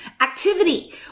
activity